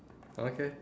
okay